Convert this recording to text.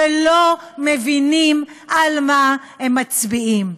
לא מבינים על מה הם מצביעים.